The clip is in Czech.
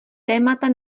témata